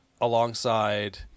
alongside